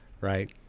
right